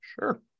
Sure